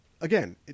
again